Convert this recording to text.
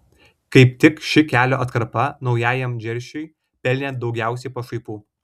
kaip tik ši kelio atkarpa naujajam džersiui pelnė daugiausiai pašaipų